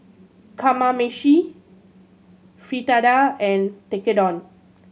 Kamameshi Fritada and Tekkadon